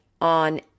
on